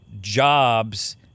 jobs